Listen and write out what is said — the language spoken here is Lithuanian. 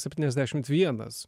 septyniasdešimt vienas